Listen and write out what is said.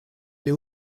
les